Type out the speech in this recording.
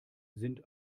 sind